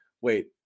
wait